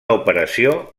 operació